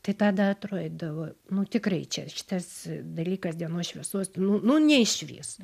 tai tada atrodydavo nu tikrai čia šitas dalykas dienos šviesos nu nu neišvys